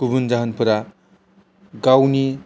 गुबुन जाहोनफोरा गावनि